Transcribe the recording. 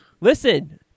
Listen